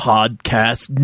Podcast